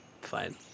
fine